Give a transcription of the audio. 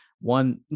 one